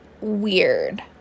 weird